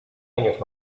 años